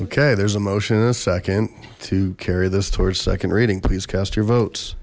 okay there's a motion in a second to carry this towards second reading please cast your votes